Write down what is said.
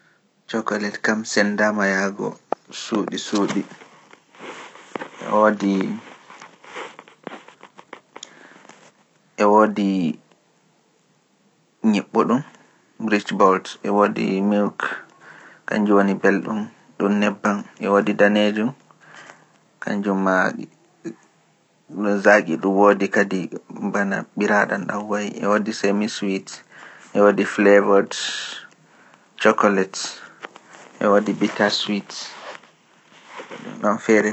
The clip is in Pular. Chocolate kam senndaama yahgo suuɗi-suuɗi, e woodi - e woodi nyiɓɓuɗum, rich bold, e woodi milk kannjum woni belɗum ɗum nebbam e woodi danyeejum, kannjum maa zaaƙi ɗum woodi kadi bana ɓiraaɗam ɗam wa'i, e woodi semi-sweet, e woodi flavoured chocolate, e woodi bitter sweet. E ɗum ɗon -